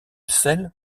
sel